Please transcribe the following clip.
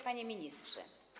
Panie Ministrze!